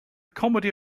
comedy